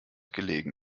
gelegen